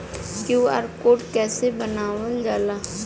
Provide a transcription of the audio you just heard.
QR code कइसे बनवाल जाला?